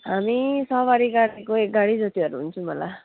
हामी सवारी गाडीको एक गाडी जतिहरू हुन्छौँ होला